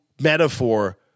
metaphor